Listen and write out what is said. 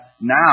now